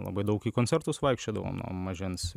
labai daug į koncertus vaikščiodavom nuo mažens